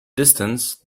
distance